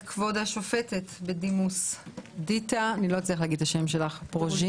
את כבוד השופטת בדימוס דיתה פרוז'ינין.